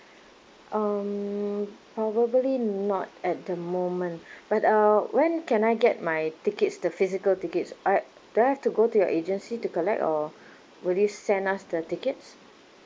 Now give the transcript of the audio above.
um probably not at the moment but uh when can I get my tickets the physical tickets or do I have to go to your agency to collect or will you send us the tickets